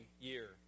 year